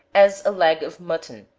as a leg of mutton,